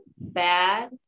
bad